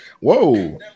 Whoa